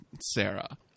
Sarah